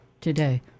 today